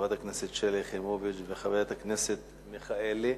חברת הכנסת שלי יחימוביץ וחברת הכנסת מיכאלי.